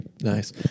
Nice